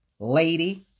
Lady